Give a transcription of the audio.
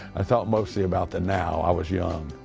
i thought mostly about the now. i was young.